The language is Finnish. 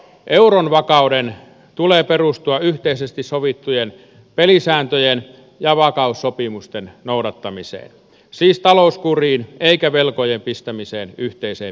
euron vakauden tulee perustua yhteisesti sovittujen pelisääntöjen ja vakaussopimusten noudattamiseen siis talouskuriin eikä velkojen pistämiseen yhteiseen piikkiin